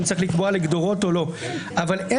אם צריך לקבוע גדרות או לא,